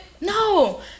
no